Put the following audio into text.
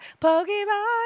Pokemon